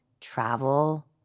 travel